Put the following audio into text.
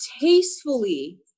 tastefully